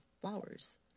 flowers